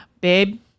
Babe